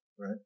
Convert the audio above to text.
right